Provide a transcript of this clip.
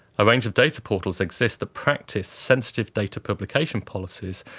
a range of data portals exist that practise sensitive data publication policies,